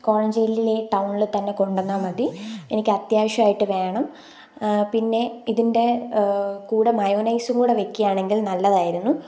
കോഴഞ്ചേരിയിലുള്ള ഈ ടൗണിൽ തന്നെ കൊണ്ടു വന്നാൽ മതി എനിക്ക് അത്യാവിശ്യമായിട്ട് വേണം പിന്നെ ഇതിൻ്റെ കൂടെ മയോണൈസ്സ് കൂടെ വയ്ക്കുകയാണെങ്കിൽ നല്ലതായിരുന്നു